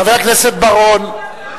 חבר הכנסת בר-און,